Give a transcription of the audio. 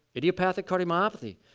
idiopathic cadiomyopathy.